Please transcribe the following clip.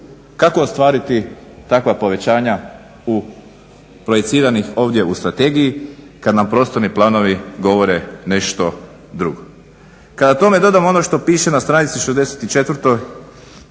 Kako ostvariti takva povećanja u projiciranih ovdje u strategiji kad nam prostorni planovi govore nešto drugo. Kada tome dodamo ono što piše na stranici 64.